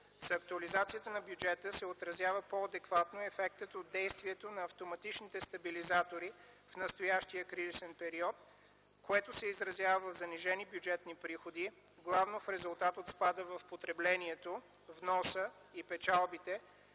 С актуализацията на бюджета се отразява по-адекватно ефектът от действието на автоматичните стабилизатори в настоящия кризисен период, което се изразява в занижени бюджетни приходи, главно в резултат от спада в потреблението, вноса и печалбите,